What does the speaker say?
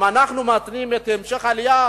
אם אנחנו מתנים את המשך העלייה